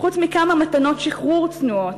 חוץ מכמה מתנות שחרור צנועות?